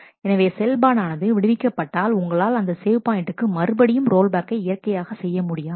எனவே செயல்பாடானது விடுவிக்கப்பட்டால் உங்களால் அந்த சேவ் பாயிண்டுக்கு மறுபடியும் ரோல் பேக்கைக் இயற்கையாக செய்ய முடியாது